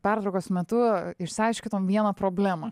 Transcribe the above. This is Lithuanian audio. pertraukos metu išsiaiškinom vieną problemą